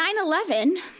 9-11